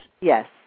Yes